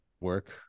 work